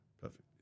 Perfect